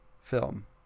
film